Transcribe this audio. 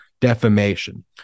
defamation